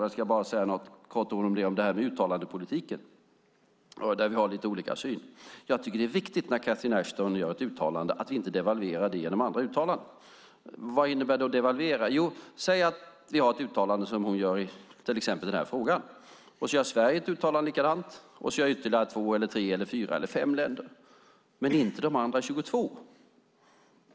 Jag ska bara säga något kort om detta med uttalandepolitiken, där vi har lite olika syn. När Catherine Ashton gör ett uttalande tycker jag att det är viktigt att inte devalvera det genom andra uttalanden. Vad innebär då devalvera? Jo, säg att hon gör ett uttalande i exempelvis den här frågan, och sedan gör Sverige och ytterligare fyra länder ett likadant uttalande, men inte de andra 22.